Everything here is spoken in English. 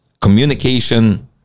communication